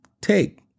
take